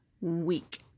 week